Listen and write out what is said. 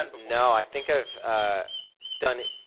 and no, i think i've done,